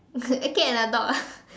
a cat and a dog lah